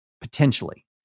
potentially